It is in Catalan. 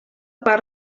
per